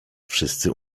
wszyscy